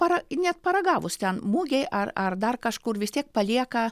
para net paragavus ten mugėj ar ar dar kažkur vis tiek palieka